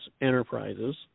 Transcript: Enterprises